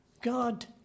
God